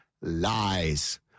lies